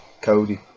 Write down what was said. Cody